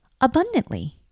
abundantly